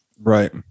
Right